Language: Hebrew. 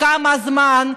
כמה זמן?